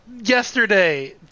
yesterday